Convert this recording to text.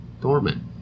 Dormant